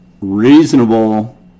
reasonable